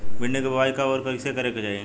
भिंडी क बुआई कब अउर कइसे करे के चाही?